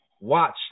Watch